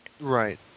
Right